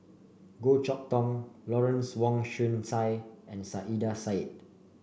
Goh Chok Tong Lawrence Wong Shyun Tsai and Saiedah Said